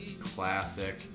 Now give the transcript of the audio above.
classic